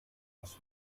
ross